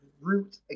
root